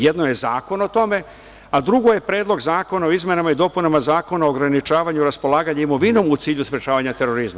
Jedno je zakon o tome, a drugo je Predlog zakona o izmenama i dopunama Zakona o ograničavanju, raspolaganju imovinom u cilju sprečavanja terorizma.